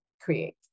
create